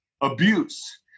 abuse